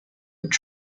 would